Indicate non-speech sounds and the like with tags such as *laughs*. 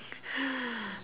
*laughs*